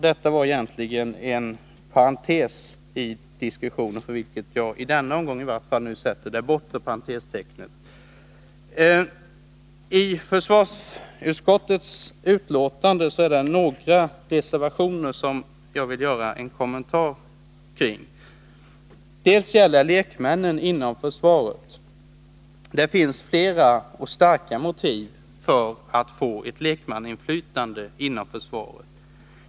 Detta var egentligen en parentes i diskussionen, som jag i varje fall för den här gången avslutar. I försvarsutskottets betänkande finns några reservationer som jag vill 81 kommentera. En reservation gäller lekmännen inom försvaret. Det finns flera och starka motiv för att få ett lekmannainflytande inom försvaret.